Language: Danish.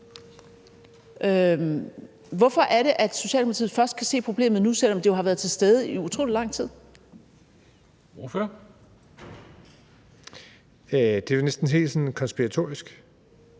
Hvorfor er det, at Socialdemokratiet først kan se problemet nu, selv om det jo har været til stede i utrolig lang tid? Kl. 10:32 Formanden (Henrik